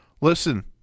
listen